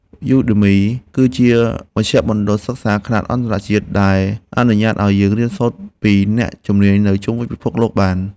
យូដឺមី គឺជាផ្សារមជ្ឈមណ្ឌលសិក្សាខ្នាតអន្តរជាតិដែលអនុញ្ញាតឱ្យយើងរៀនសូត្រពីអ្នកជំនាញនៅជុំវិញពិភពលោកបាន។